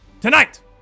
Tonight